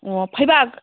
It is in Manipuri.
ꯑꯣ ꯐꯩꯕꯥꯛ